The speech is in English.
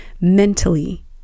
mentally